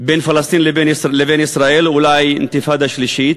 בין פלסטין לבין ישראל, אולי אינתיפאדה שלישית,